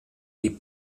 die